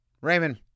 raymond